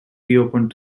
reopened